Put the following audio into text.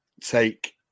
take